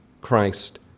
Christ